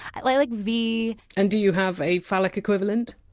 i like v and do you have a phallic equivalent?